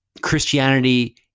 Christianity